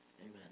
amen